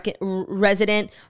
resident